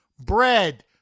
bread